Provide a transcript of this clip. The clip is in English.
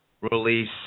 release